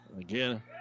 Again